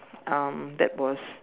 um that was